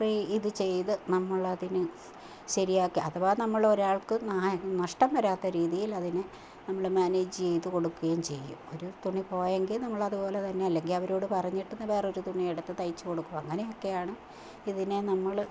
free ഇതു ചെയ്ത് നമ്മളതിനു ശരിയാക്കി അഥവാ നമ്മളതിനെ ശരിയാക്കി അഥവാ നമ്മൾ ഒരാൾക്ക് ഞാന് നഷ്ടം വരാത്ത രീതിയില് അതിനെ നമ്മൾ മാനേജ് ചെയ്തു കൊടുക്കുകയും ചെയ്യും ഒരു തുണി പോയെങ്കില് നമ്മളതു പോലെ തന്നെ അല്ലെ അവരോടു പറഞ്ഞിട്ട് വേറൊരു തുണി എടുത്തു തയ്ച്ചു കൊടുക്കും അങ്ങനെയൊക്കെയാണ് ഇതിനെ നമ്മൾ